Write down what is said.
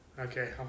Okay